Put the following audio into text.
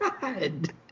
God